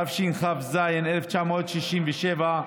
התשכ"ז 1967,